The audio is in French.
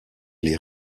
les